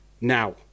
now